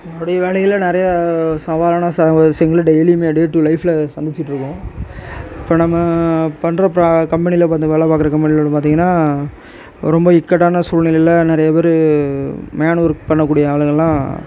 என்னுடைய வேலையில் நிறைய சவாலான விஷயங்கள் டெய்லியுமே டே டூ லைஃபில் சந்திச்சிட்டிருக்கோம் இப்போ நம்ம பண்ற கம்பெனியில் வந்து வேலை பார்க்குற கம்பெனியில் வந்து பார்த்திங்கன்னா ரொம்ப இக்கட்டான சூழ்நிலையில் நிறைய பேர் மேன் ஒர்க் பண்ணக்கூடிய ஆளுங்கல்லாம்